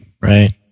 right